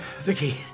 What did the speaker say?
Vicky